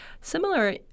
similar